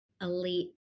elite